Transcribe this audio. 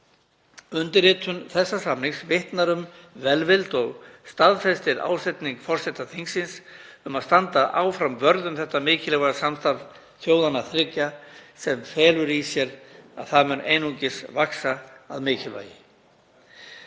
Undirritun samningsins vitnar um velvild og staðfestir ásetning forseta þingsins um að standa áfram vörð um þetta mikilvæga samstarf þjóðanna þriggja sem felur í sér að það mun einungis vaxa að mikilvægi.